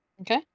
Okay